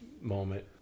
moment